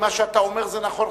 אם מה שאתה אומר נכון,